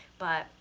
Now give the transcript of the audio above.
but,